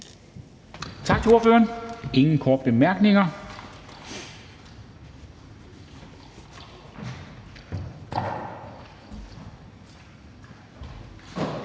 Tak til ordføreren. Der er ingen korte bemærkninger.